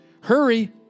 Hurry